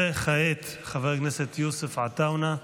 וכעת חבר הכנסת יוסף עטאונה.